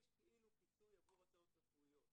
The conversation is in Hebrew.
יש כאילו כיסוי עבור הוצאות רפואיות,